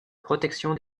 protection